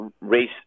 race